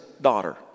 daughter